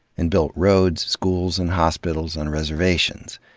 and built roads, schools, and hospitals on reservations.